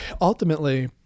ultimately